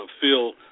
feel –